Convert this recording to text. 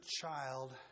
child